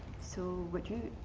so would you,